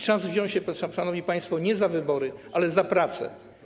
Czas wziąć się, szanowni państwo, nie za wybory, ale za pracę.